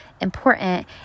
important